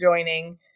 joining